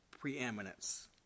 preeminence